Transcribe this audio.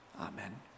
Amen